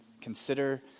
consider